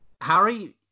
Harry